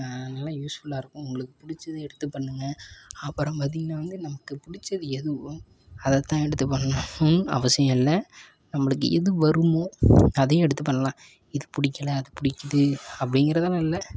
நல்ல யூஸ்ஃபுல்லாக இருக்கும் உங்களுக்கு பிடிச்சது எடுத்து பண்ணுங்க அப்புறம் பார்த்திங்கனா வந்து நமக்கு பிடிச்சது எதுவோ அதை தான் எடுத்து பண்ணணும் ஒன்னும் அவசியம் இல்லை நம்மளுக்கு எது வருமோ அதையே எடுத்து பண்ணலாம் இது பிடிக்கில அது பிடிக்கிது அப்படிங்குறதுலாம் இல்லை